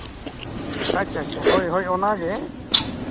ᱟᱪᱪᱷᱟ ᱟᱪᱪᱷᱟ ᱦᱳᱭ ᱚᱱᱟᱜᱮ